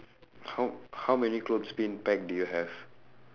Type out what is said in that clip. how how many clothes pin peg do you have